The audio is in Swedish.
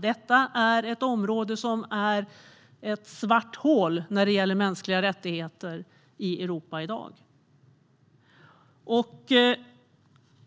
Detta är ett område som är ett svart hål när det gäller mänskliga rättigheter i Europa i dag.